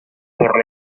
por